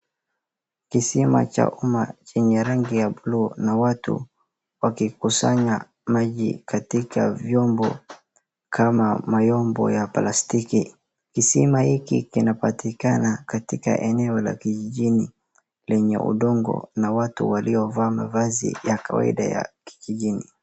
Kisima cha umma chenye rangi ya bluu na watu wakikusanya maji katika vyombo kama mayombo ya plastiki. Kisima hiki kinapatikana katika eneo la kijijini lenye udongo na watu waliovaa mavazi ya kawaida ya kijijini.